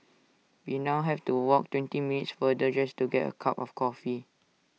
we now have to walk twenty minutes farther just to get A cup of coffee